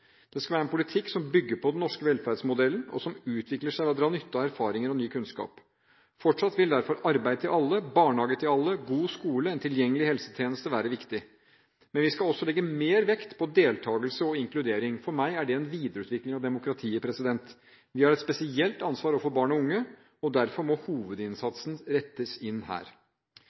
Det skal være en politikk som bygger på den norske velferdsmodellen, og som utvikler seg ved å dra nytte av erfaringer og ny kunnskap. Fortsatt vil derfor arbeid til alle, barnehage til alle, en god skole og en tilgengelig helsetjeneste være viktig. Men vi skal også legge mer vekt på deltagelse og inkludering. For meg er det en videreutvikling av demokratiet. Vi har et spesielt ansvar overfor barn og unge, og derfor må hovedinnsatsen rettes inn her.